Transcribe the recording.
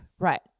Right